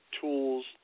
tools